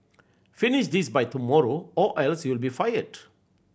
finish this by tomorrow or else you'll be fired